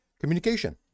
Communication